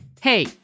Hey